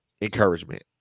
encouragement